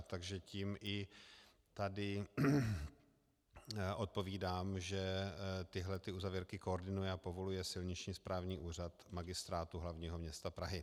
Takže tím i tady odpovídám, že i tyhle uzavírky koordinuje a povoluje silniční správní úřad Magistrátu hlavního města Prahy.